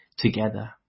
together